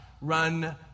run